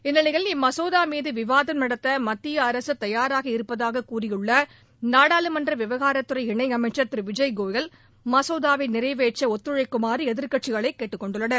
இந்நிலையில் இம்மசோதா மீது விவாதம் நடத்த மத்திய அரசு தயாராக இருப்பதாக கூறியுள்ள நாடாளுமன்ற விவகாரத்துறை இணை அமைச்சர் திரு விஜய் கோயல் மசோதாவை நிறைவேற்ற ஒத்துழைக்குமாறு எதிர்கட்சிகளை கேட்டுக்கொண்டுள்ளார்